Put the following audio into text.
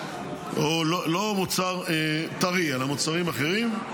או לא מוצר טרי אלא מוצרים אחרים.